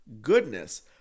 Goodness